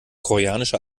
koreanische